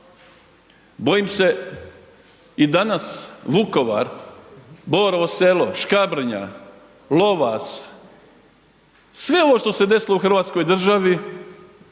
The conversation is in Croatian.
bojim se i danas Vukovar, Borovo selo, Škabrnja, Lovas, sve ovo što se desilo u hrvatskoj državi